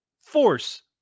force